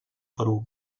perú